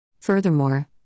Furthermore